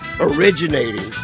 originating